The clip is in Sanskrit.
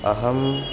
अहं